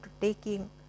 taking